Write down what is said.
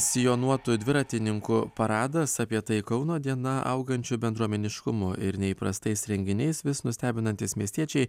sijonuotų dviratininkų paradas apie tai kauno diena augančiu bendruomeniškumu ir neįprastais renginiais vis nustebinantys miestiečiai